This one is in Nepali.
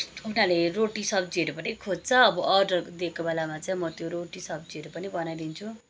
उनीहरूले रोटी सब्जीहेरू पनि खोज्छ अब अर्डर दिएको बेलामा चाहिँ म त्यो रेटी सब्जीहरू पनि बनाइदिन्छु